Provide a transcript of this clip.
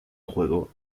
juego